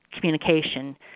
communication